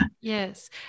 Yes